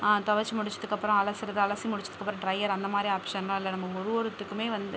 துவச்சி முடித்ததுக்கப்பறம் அலசுறது அலசி முடித்ததுக்கப்பறம் ட்ரையர் அந்த மாதிரி ஆப்ஷன்லாம் இல்லை நம்ம ஒரு ஒருத்துக்குமே வந்து